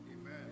Amen